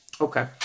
Okay